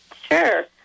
Sure